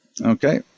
Okay